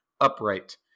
upright